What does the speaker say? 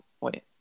wait